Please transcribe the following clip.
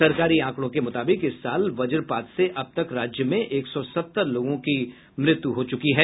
सरकारी आंकड़ों के मुताबिक इस साल वज्रपात से अब तक राज्य में एक सौ सत्तर लोगों की मृत्यु हो चुकी है